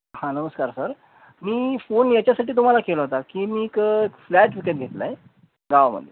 हां नमस्कार सर मी फोन याच्यासाठी तुम्हाला केला होता की मी एक फ्लॅट विकत घेतला आहे गावामध्ये